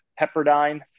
Pepperdine